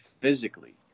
physically